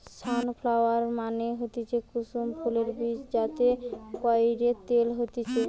sunflower মানে হতিছে কুসুম ফুলের বীজ যাতে কইরে তেল হতিছে